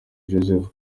joseph